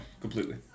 completely